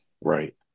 Right